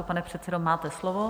Pane předsedo, máte slovo.